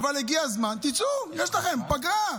אבל הגיע הזמן, תצאו, יש לכם פגרה.